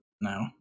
No